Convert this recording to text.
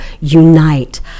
unite